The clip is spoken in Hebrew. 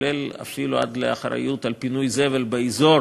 עד לאחריות לפינוי זבל באזור